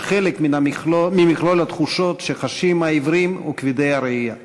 חלק ממכלול התחושות שחשים העיוורים וכבדי הראייה.